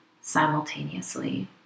simultaneously